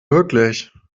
wirklich